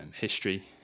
history